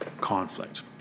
conflict